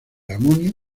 amonio